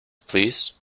please